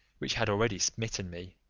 which had already smitten me,